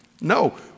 No